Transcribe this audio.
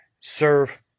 serve